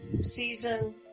season